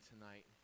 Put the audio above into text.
tonight